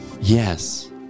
yes